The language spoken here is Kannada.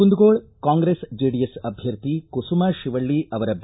ಕುಂದಗೋಳ ಕಾಂಗ್ರೆಸ್ ಜೆಡಿಎಸ್ ಅಭ್ವರ್ಥಿ ಕುಸುಮಾ ಶಿವಲ್ಲಿ ಅವರ ಬಿ